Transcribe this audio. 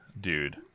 dude